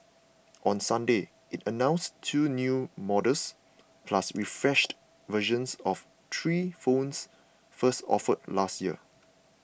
on Sunday it announced two new models plus refreshed versions of three phones first offered last year